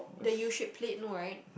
the U shape plate no right